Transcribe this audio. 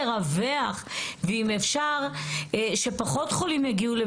וצריך להיות פה